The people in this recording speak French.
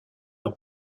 leur